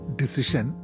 decision